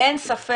יש לי